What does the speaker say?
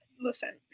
Listen